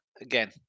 again